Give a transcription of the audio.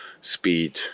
speed